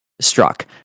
struck